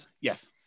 Yes